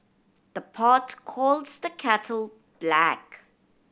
the pot calls the kettle black